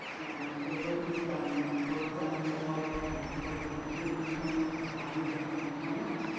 and there will be some work down to help people who have completed these trainings to find employment.